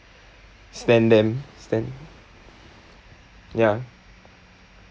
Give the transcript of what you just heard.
stan them stan ya